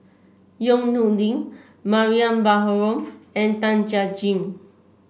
Yong Nyuk Lin Mariam Baharom and Tan Jiak Jim